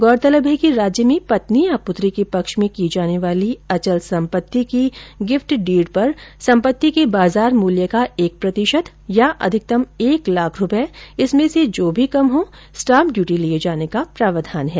गौरतलब है कि राज्य में पत्नी या पत्नी के पक्ष में की जाने वाली अचल संपत्ति की गिफ्ट डीड पर सम्पत्ति के बाजार मूल्य का एक प्रतिशत या अधिकतम एक लाख रुपये इसमें से जो भी कम हो स्टांप ड्यूटी लिये जाने का प्रावधान है